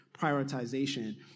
prioritization